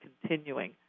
continuing